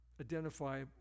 identify